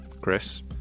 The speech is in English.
Chris